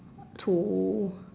to